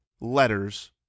letters